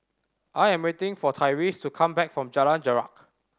I am waiting for Tyrese to come back from Jalan Jarak